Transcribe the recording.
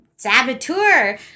Saboteur